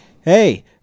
hey